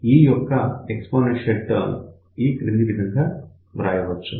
ఈ యొక్క exponential term ఈ క్రింది విధంగా వ్రాయవచ్చు